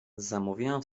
zamówiłam